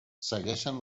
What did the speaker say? segueixen